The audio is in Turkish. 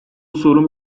sorun